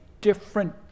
different